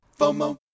FOMO